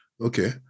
Okay